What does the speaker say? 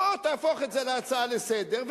בוא תהפוך את זה להצעה לסדר-היום,